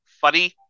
funny